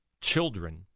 children